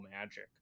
magic